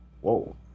Whoa